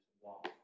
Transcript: walk